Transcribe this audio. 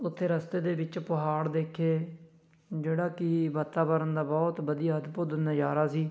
ਉਥੇ ਰਸਤੇ ਦੇ ਵਿੱਚ ਪਹਾੜ ਦੇਖੇ ਜਿਹੜਾ ਕਿ ਵਾਤਾਵਰਨ ਦਾ ਬਹੁਤ ਵਧੀਆ ਅਦਭੁਤ ਨਜ਼ਾਰਾ ਸੀ